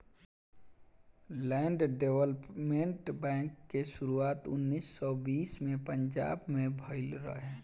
land development bank के शुरुआत उन्नीस सौ बीस में पंजाब में भईल रहे